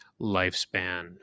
lifespan